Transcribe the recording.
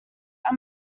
are